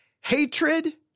Hatred